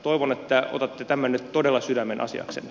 toivon että otatte tämän nyt todella sydämenasiaksenne